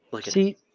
See